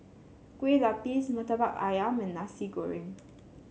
Kueh Lapis murtabak ayam and Nasi Goreng